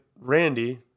Randy